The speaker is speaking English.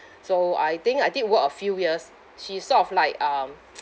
so I think I did work a few years she's sort of like um